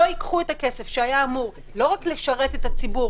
שלא ייקחו את הכסף שהיה אמור לשרת את הציבור